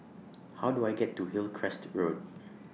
How Do I get to Hillcrest Road